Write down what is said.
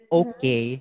okay